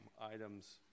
items